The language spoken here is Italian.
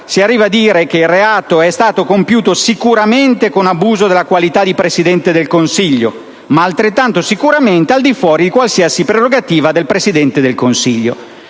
si arriva a dire che il reato è stato compiuto sicuramente con abuso della qualità del Presidente del Consiglio, ma altrettanto sicuramente al di fuori di qualsiasi prerogativa del Presidente del Consiglio.